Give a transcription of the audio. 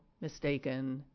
mistaken